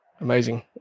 amazing